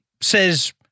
says